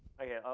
okay